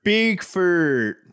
Bigfoot